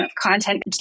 content